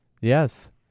Yes